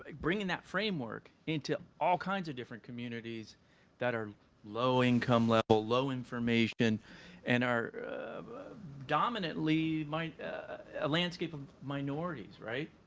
like bringing that framework into all kinds of different communities that are low-income level, low information and are dominately a ah landscape of minorities, right?